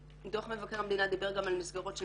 דוח מבקר המדינה דיבר גם על מסגרות פסיכיאטריות